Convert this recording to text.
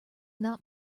not